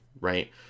right